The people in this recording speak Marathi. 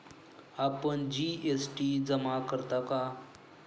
आपण जी.एस.टी जमा करता का?